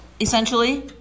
essentially